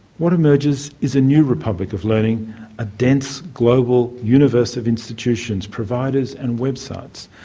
what emerges is a new republic of learning a dense global universe of institutions, providers and websites,